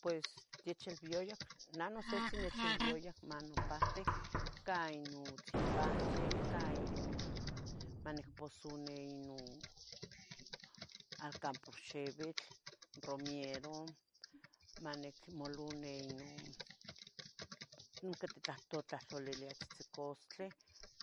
Pues techilbiayah nah nosihtzin nechilbiaya monopahtih ca inotzin pahtli, ca ino manicposoni ino acampohxibitl, romiero, manicmoluni ino tiquitlahtolilia tzitzicastlih